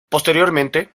posteriormente